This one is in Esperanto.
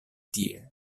tie